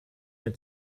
mehr